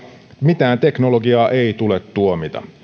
mitään teknologiaa ei tule tuomita